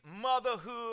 motherhood